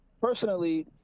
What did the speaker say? personally